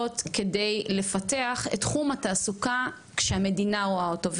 כדי לפתח את תחום התעסוקה כשהמדינה רואה אותו.